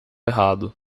errado